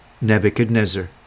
Nebuchadnezzar